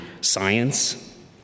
science